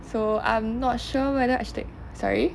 so I'm not sure whether I should take sorry